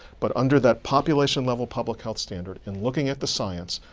but under that population level public health standard, and looking at the science,